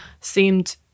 seemed